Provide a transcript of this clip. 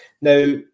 Now